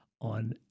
on